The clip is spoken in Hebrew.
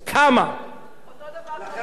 אין לכם קמפיין בכלל, חבר הכנסת אקוניס.